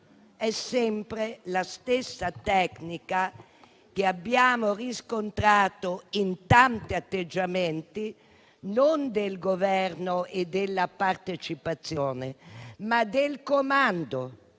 È sempre la stessa tecnica che abbiamo riscontrato in tanti atteggiamenti non del governo e della partecipazione, ma del comando: